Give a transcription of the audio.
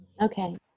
Okay